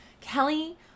Kelly